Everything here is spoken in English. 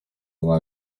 lot